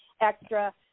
extra